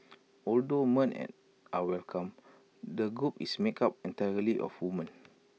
although men are welcome the group is made up entirely of women